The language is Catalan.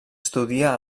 estudia